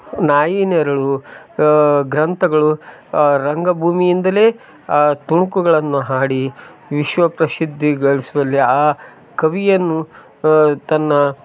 ನಾಯಿ ನೆರಳು ಗ್ರಂಥಗಳು ರಂಗಭೂಮಿಯಿಂದಲೆ ಆ ತುಣುಕುಗಳನ್ನು ಹಾಡಿ ವಿಶ್ವ ಪ್ರಸಿದ್ಧಿಗಳಿಸುವಲ್ಲಿ ಆ ಕವಿಯನ್ನು ತನ್ನ